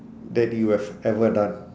that you have ever done